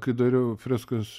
kai dariau freskas